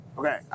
Okay